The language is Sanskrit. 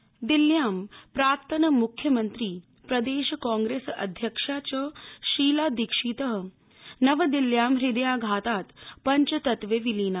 शीला दिल्ल्यां प्राक्तन मुख्यमन्त्री प्रदेश कांग्रेस अध्यक्षा च शीला दीक्षित नवदिल्ल्यां हृदयाघातात् पञ्चतत्वे विलीना